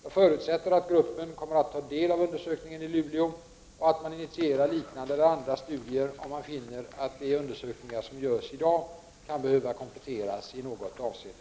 Jag förutsätter att gruppen kommer att ta del av undersökningen i Luleå och att man initierar liknande eller andra studier om man finner att de undersökningar som görs i dag kan behöva kompletteras i något avseende.